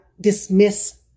dismiss